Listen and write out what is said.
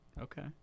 Okay